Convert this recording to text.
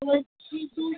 বলছি যে